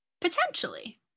potentially